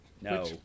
No